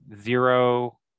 Zero